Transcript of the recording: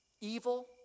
evil